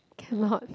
cannot